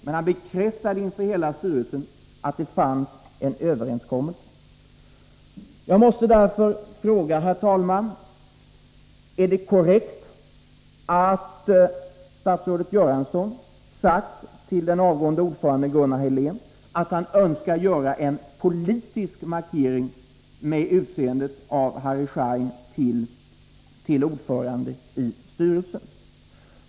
Men han bekräftade inför hela styrelsen att det fanns en överenskommelse. Jag måste därför fråga, herr talman: Är det korrekt att statsrådet Göransson sagt till den avgående ordföranden Gunnar Helén att han önskade göra en politisk markering med utseendet av Harry Schein till ordförande i styrelsen?